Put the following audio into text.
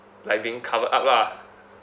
like being covered up lah